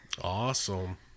awesome